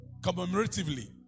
commemoratively